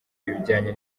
ibijyanye